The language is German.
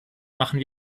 machen